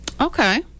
Okay